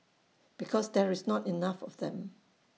because there's not enough of them